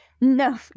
no